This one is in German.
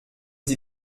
sie